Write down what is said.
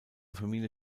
familie